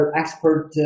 expert